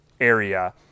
area